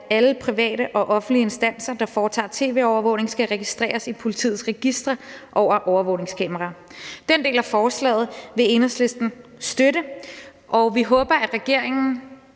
at alle private og offentlige instanser, der foretager tv-overvågning, skal registreres i politiets registre over overvågningskameraer. Den del af forslaget vil Enhedslisten støtte, og vi håber, at regeringen